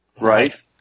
Right